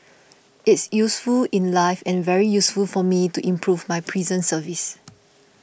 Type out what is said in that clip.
it's useful in life and very useful for me to improve my prison service